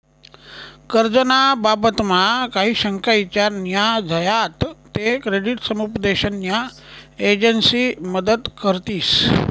कर्ज ना बाबतमा काही शंका ईचार न्या झायात ते क्रेडिट समुपदेशन न्या एजंसी मदत करतीस